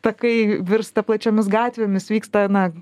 takai virsta plačiomis gatvėmis vyksta na